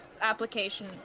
application